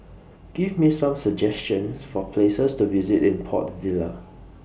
Give Me Some suggestions For Places to visit in Port Vila